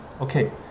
Okay